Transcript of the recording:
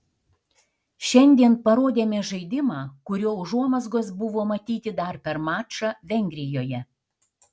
šiandien parodėme žaidimą kurio užuomazgos buvo matyti dar per mačą vengrijoje